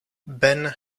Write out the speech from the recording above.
ben